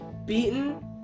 beaten